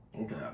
Okay